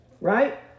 Right